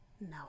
No